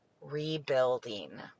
rebuilding